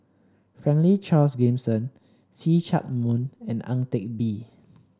Franklin Charles Gimson See Chak Mun and Ang Teck Bee